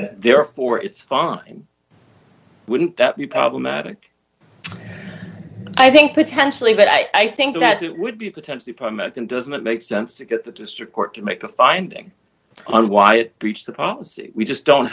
therefore it's fine wouldn't that be problematic i think potentially but i think that it would be potentially permit them doesn't make sense to get the district court to make a finding on why it breached the policy we just don't